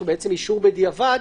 הוא אישור בדיעבד,